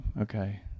Okay